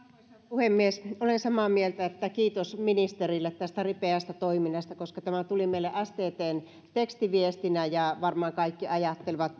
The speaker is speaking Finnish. puhemies olen samaa mieltä että kiitos ministerille tästä ripeästä toiminnasta koska tämä tuli meille sttn tekstiviestinä ja varmaan kaikki ajattelivat